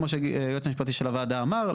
כמו שהיועץ המשפטי של הוועדה אמר,